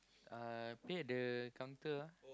uh pay at the counter ah